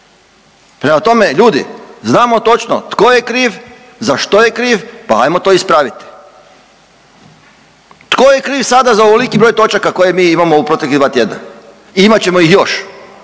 Prema tome, ljudi znamo točno tko je kriv, za što je kriv pa ajmo to ispraviti. Tko je kriv sada za ovoliki broj točaka koje mi imamo u proteklih 2 tjedna i imat ćemo ih još?